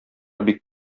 бик